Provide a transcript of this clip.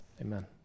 Amen